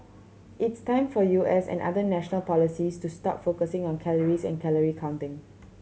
it's time for U S and other national policies to stop focusing on calories and calorie counting